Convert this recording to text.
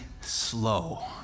slow